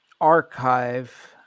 archive